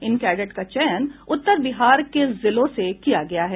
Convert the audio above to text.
इन cadet का चयन उत्तर बिहार के जिलों से किया गया है